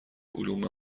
علوم